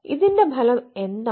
ഇതിന്റെ ഫലം എന്താണ്